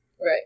Right